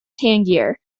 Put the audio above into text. tangier